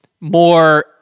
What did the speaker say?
more